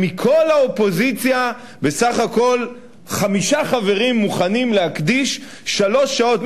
ומכל האופוזיציה בסך הכול חמישה חברים מוכנים להקדיש שלוש שעות.